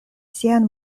sian